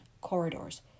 corridors